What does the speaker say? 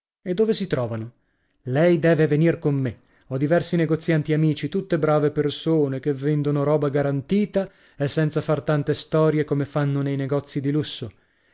e dove si trovano lei deve venir con me ho diversi negozianti amici tutte brave persone che vendono roba garantita e senza far tante storie come fanno nei negozi di lusso